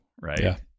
right